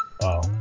Wow